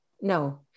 No